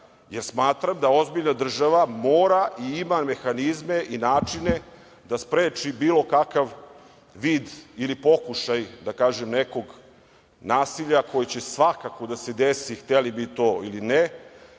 Smatram da ozbiljna država mora da ima mehanizme i načine da spreči bilo kakav vid ili pokušaj nekog nasilja koje će svakako da se desi, hteli mi to ili ne,